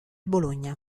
bologna